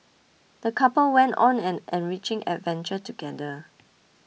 the couple went on an enriching adventure together